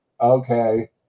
Okay